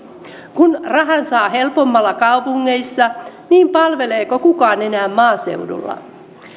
kun rahan saa helpommalla kaupungeissa niin palveleeko kukaan enää maaseudulla